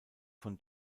von